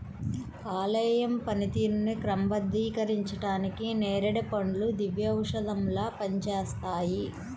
కాలేయం పనితీరుని క్రమబద్ధీకరించడానికి నేరేడు పండ్లు దివ్యౌషధంలా పనిచేస్తాయి